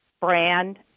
brand